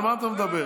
על מה אתה מדבר?